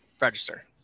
register